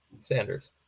Sanders